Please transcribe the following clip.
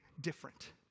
different